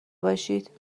باشید